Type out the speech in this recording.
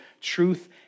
truth